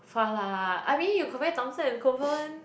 far lah I mean you compare Thomson and Kovan